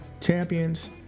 champions